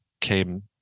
came